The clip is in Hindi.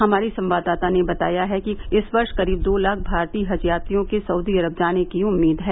हमारी संवाददाता ने बताया है कि इस वर्ष करीब दो लाख भारतीय हज यात्रियों के सउदी अरब जाने की उम्मीद है